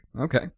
Okay